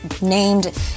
named